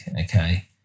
okay